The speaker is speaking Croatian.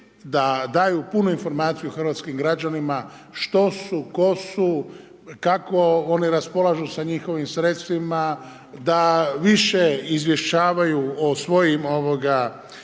da daju punu informaciju hrvatskim građanima, što su, tko su, kako oni raspolažu sa njihovim sredstvima, da više izvještavaju o svojim rezultatima